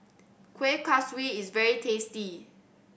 Kuih Kaswi is very tasty